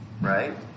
right